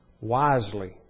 wisely